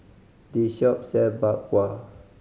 this shop sell Bak Kwa